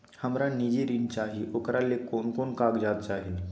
हमरा निजी ऋण चाही ओकरा ले कोन कोन कागजात चाही?